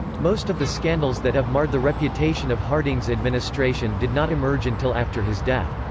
most of the scandals that have marred the reputation of harding's administration did not emerge until after his death.